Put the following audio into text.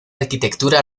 arquitectura